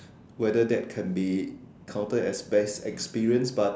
whether that can be counted as best experience but